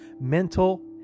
mental